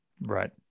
Right